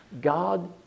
God